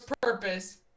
purpose